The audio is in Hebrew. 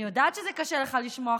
אני יודעת שזה קשה לך לשמוע,